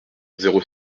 zéro